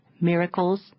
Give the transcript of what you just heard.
Miracles